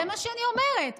זה מה שאני אומרת.